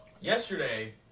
yesterday